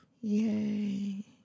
Yay